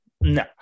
No